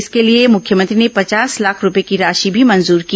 इसके लिए मुख्यमंत्री ने पचास लाख रूपये की राशि भी मंजूर की